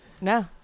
No